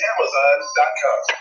Amazon.com